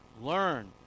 Learn